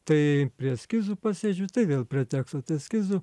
tai prie eskizų pasėdžiu tai vėl prie teksto eskizų